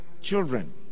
children